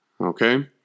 Okay